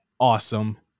awesome